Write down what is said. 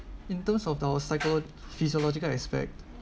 in terms of our cycled physiological aspect